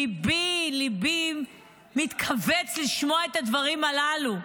ליבי מתכווץ לשמוע את הדברים הללו.